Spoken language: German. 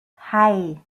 hei